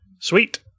Sweet